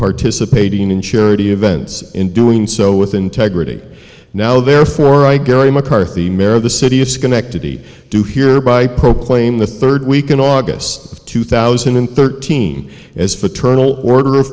participating in charity events in doing so with integrity now therefore i carry mccarthy mare of the city of schenectady do hereby proclaim the third week in august of two thousand and thirteen as for turn all order of